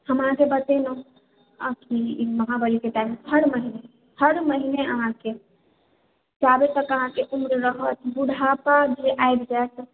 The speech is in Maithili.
हम अहाँके बतेलोंह आओरकी महावारीके टाइम हर महीने हर महीने अहाँके आबय तक अहाँके उम्र रहत बुढापा जे आबि जाइत